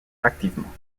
activement